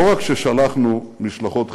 לא רק ששלחנו משלחות חילוץ,